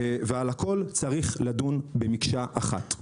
על הכול צריך לדון במקשה אחת.